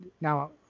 now